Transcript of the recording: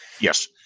Yes